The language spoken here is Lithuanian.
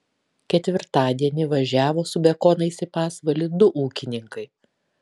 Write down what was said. ketvirtadienį važiavo su bekonais į pasvalį du ūkininkai